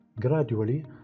gradually